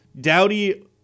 Dowdy